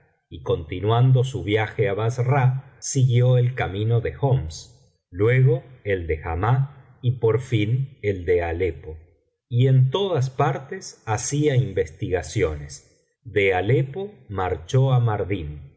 y continuando su viaje á bassra siguió el camino de homs luego el de hama y por fin el de alepo y en todas partes hacía investigaciones de alepo marchó á